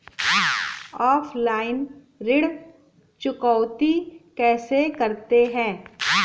Offline ऋण चुकौती कैसे करते हैं?